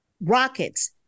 rockets